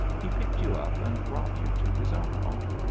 he picked you up and brought you to his own home.